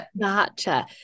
Gotcha